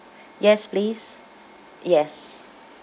yes please yes